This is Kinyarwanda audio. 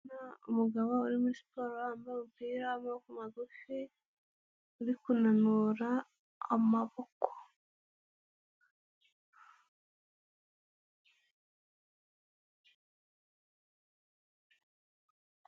Umugabo uri muri siporo wambaye umupira w'amaboko magufi, uri kunanura amaboko.